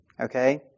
Okay